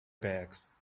backs